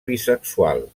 bisexual